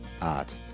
Art